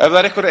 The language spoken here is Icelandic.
Ef það er einhver